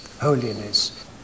holiness